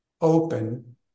open